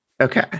Okay